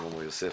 שלמה מור-יוסף,